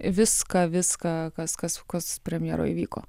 viską viską kas kas kas premjeroj įvyko